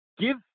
Give